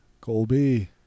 Colby